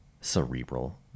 cerebral